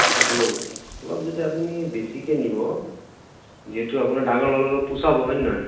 ৰৌ অলপ যেতিয়া আপুনি বেছিকে নিব যিহেতু আপোনাৰ ডাঙৰ নল'লে পোচাব হয়নে নহয়